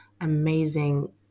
amazing